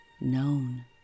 known